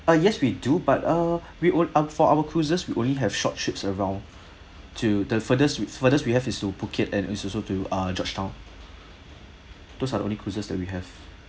ah yes we do but uh we would um for our cruises we only have short trips around to the furthest we furthest we have is to phuket and is also to uh georgetown those are the only cruises that we have